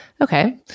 Okay